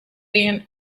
being